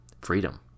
freedom